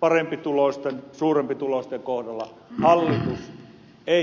parempituloisten suurempituloisten kohdalla hallitus ei peräänny